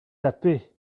tapé